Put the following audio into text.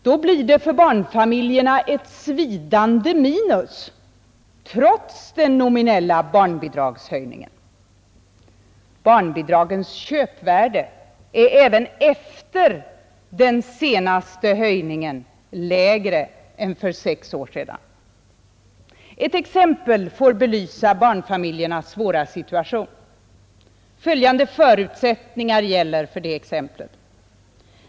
Då blir det för barnfamiljerna ett svidande minus, trots den nominella barnbidragshöjningen. Barnbidragens köpvärde är även efter den senaste höjningen lägre än för sex år sedan. Ett exempel får belysa barnfamiljernas svåra situation. Följande förutsättningar gäller för det exemplet.